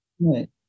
Right